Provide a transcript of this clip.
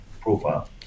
profile